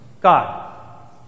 God